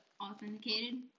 authenticated